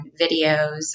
videos